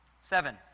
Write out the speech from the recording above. seven